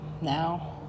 Now